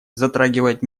затрагивает